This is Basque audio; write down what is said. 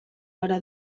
gara